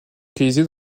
localisés